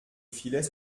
filet